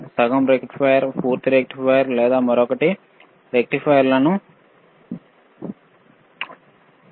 సగం rectifier full rectifier లేదా ఏదయినా మరొక రెక్టిఫైయర్ ఆ